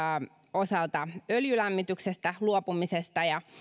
osalta öljylämmityksestä luopumisesta ja